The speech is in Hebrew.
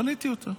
בניתי אותו.